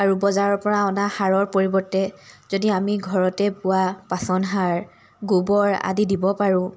আৰু বজাৰৰ পৰা অনা সাৰৰ পৰিৱৰ্তে যদি আমি ঘৰতে পোৱা পচন সাৰ গোবৰ আদি দিব পাৰোঁ